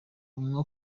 unywa